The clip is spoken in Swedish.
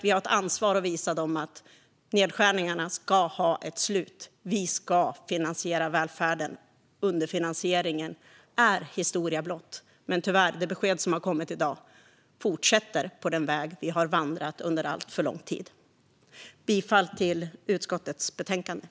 Vi har ett ansvar att visa dem att nedskärningarna ska ha ett slut. Vi ska finansiera välfärden. Underfinansieringen är historia blott. Men tyvärr fortsätter vi med det besked som har kommit i dag på den väg vi har vandrat under alltför lång tid. Jag yrkar bifall till utskottets förslag i betänkandet.